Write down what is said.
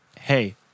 hey